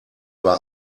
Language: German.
war